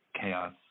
chaos